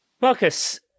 Marcus